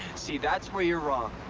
see, that's where you're wrong.